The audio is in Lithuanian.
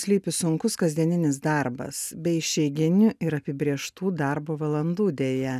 slypi sunkus kasdieninis darbas be išeiginių ir apibrėžtų darbo valandų deja